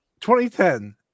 2010